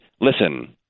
listen